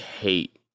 hate